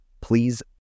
please